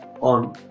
on